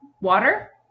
water